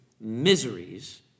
miseries